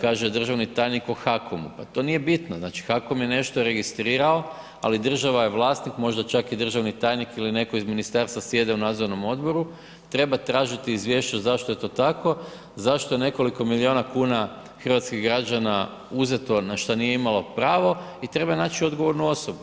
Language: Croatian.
kaže državni tajnik o HAKOM-u, pa to nije bitno, znači HAKOM je nešto registrirao, ali država je vlasnik možda čak i državni tajnik ili netko iz ministarstva sjede u nadzornom odboru, treba tražiti izvješće zašto je to tako, zašto je nekoliko miliona kuna hrvatskih građana uzeto na šta nije imalo pravo i treba naći odgovornu osobu.